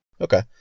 Okay